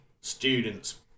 students